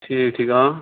ٹھیٖک ٹھیٖک آ